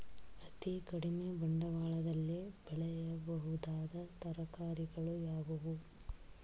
ಅತೀ ಕಡಿಮೆ ಬಂಡವಾಳದಲ್ಲಿ ಬೆಳೆಯಬಹುದಾದ ತರಕಾರಿಗಳು ಯಾವುವು?